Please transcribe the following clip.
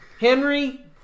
Henry